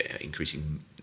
increasing